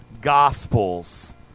gospels